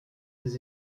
des